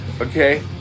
okay